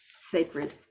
sacred